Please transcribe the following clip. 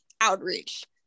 outreach